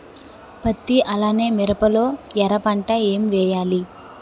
పత్తి అలానే మిరప లో ఎర పంట ఏం వేయాలి?